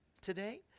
today